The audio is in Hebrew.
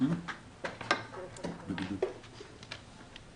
חיים כץ)